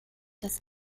das